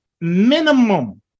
minimum